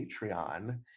Patreon